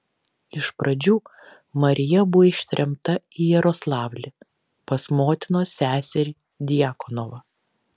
iš pradžių marija buvo ištremta į jaroslavlį pas motinos seserį djakonovą